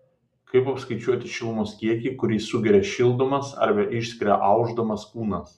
kaip apskaičiuoti šilumos kiekį kurį sugeria šildamas arba išskiria aušdamas kūnas